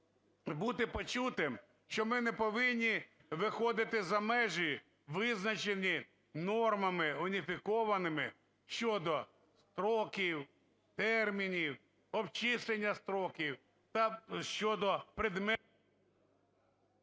бути почутим, що ми не повинні виходити за межі, визначені нормами уніфікованими щодо строків, термінів, обчислення строків та щодо…